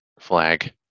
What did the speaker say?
flag